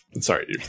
sorry